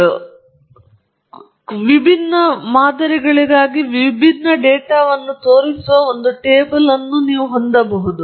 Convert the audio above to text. ಕೋಷ್ಟಕಗಳು ಇವೆ ವಿಭಿನ್ನ ವಿಭಿನ್ನ ಮಾದರಿಗಳಿಗಾಗಿ ವಿವಿಧ ಡೇಟಾವನ್ನು ತೋರಿಸುವ ಒಂದು ಟೇಬಲ್ ಅನ್ನು ನೀವು ಹೊಂದಬಹುದು